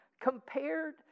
Compared